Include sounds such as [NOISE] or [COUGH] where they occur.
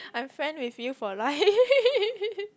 I'm friend with you for life [LAUGHS]